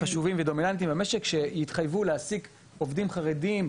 חשובים ודומיננטיים במשק שיתחייבו להעסיק עובדים חרדיים.